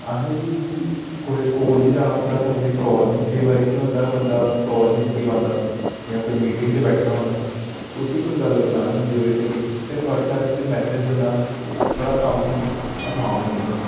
असें दी कोई कोल निं जाना पौंदा कुसै गी कल निं कोईं बारी केह् होंदा की बंदा चुक्की निं पांदा जां भी मीटिंग च बैठे दा होंदा उसी कोई गल्ल पजानी होंदी ओह्दे धोड़ी फिर व्हाट्सऐप उप्पर मैसेज करना साढ़ा कम्म असान होई जंदा